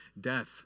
death